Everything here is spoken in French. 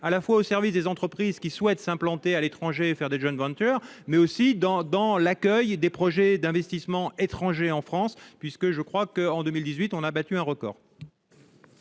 à la fois au service des entreprises qui souhaitent s'implanter à l'étranger faire des joint-ventures, mais aussi dans dans l'accueil des projets d'investissements étrangers en France, puisque je crois que, en 2018 on a battu un record.